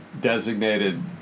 designated